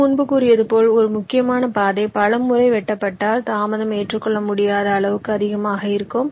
எனவே முன்பு கூறியது போல் ஒரு முக்கியமான பாதை பல முறை வெட்டப்பட்டால் தாமதம் ஏற்றுக்கொள்ள முடியாத அளவுக்கு அதிகமாக இருக்கும்